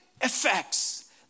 effects